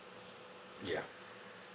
ya